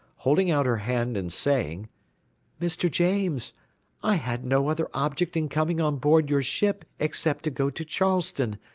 holding out her hand and saying mr. james i had no other object in coming on board your ship except to go to charleston,